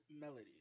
melody